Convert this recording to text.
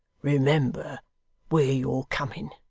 remember where you're coming.